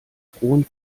frohen